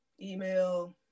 Email